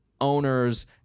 owner's